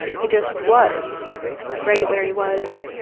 he just was right where he was,